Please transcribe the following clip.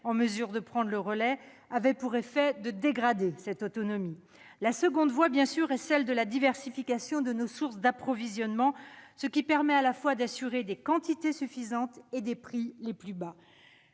en mesure de prendre le relais, avait pour effet de dégrader cette autonomie. D'autre part, en diversifiant nos sources d'approvisionnement, ce qui permet à la fois de s'assurer de quantités suffisantes et des prix les plus bas.